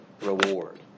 reward